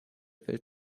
welt